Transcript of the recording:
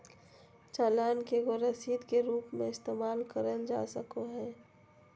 चालान के एगो रसीद के रूप मे इस्तेमाल करल जा सको हय